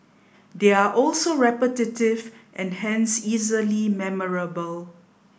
they are also repetitive and hence easily memorable